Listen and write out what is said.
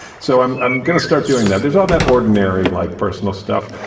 so i'm i'm going to start doing that. there's all that ordinary like personal stuff.